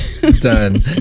Done